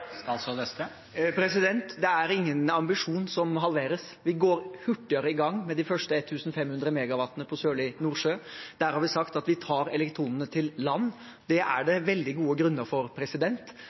arbeidsplasser? Det er ingen ambisjon som halveres. Vi går hurtigere i gang med de første 1 500 MW på Sørlige Nordsjø. Der har vi sagt at vi tar elektronene til land. Det er det veldig gode grunner for.